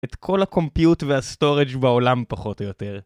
את כל ה compute וה storage בעולם פחות או יותר